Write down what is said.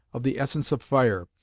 of the essence of fire,